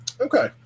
Okay